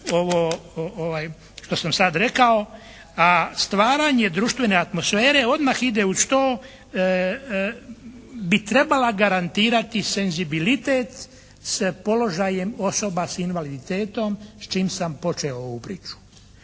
što sam sad rekao a stvaranje društvene atmosfere odmah ide uz to, bi trebala garantirati senzibilitet s položajem osoba s invaliditetom s čime sam počeo ovu priču.